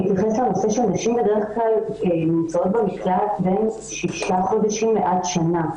הנשים בדרך כלל נמצאות במקלט שישה חודשים עד שנה.